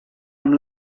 amb